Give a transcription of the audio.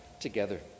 together